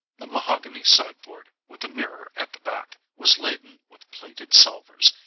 the mahogany sideboard with a mirror at the back, was laden with plated salvers,